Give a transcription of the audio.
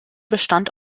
bestand